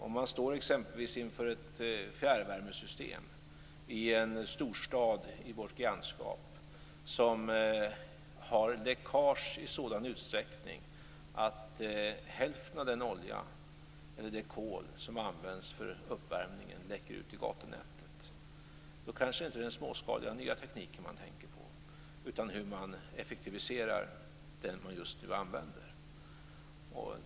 Om man står, exempelvis, inför ett fjärrvärmesystem i en storstad i vårt grannskap som har läckage i sådan utsträckning att hälften av den olja eller det kol som används för uppvärmningen läcker ut i gatunätet är det kanske inte den småskaliga nya tekniken som man tänker på, utan hur man effektiviserar den man just nu använder.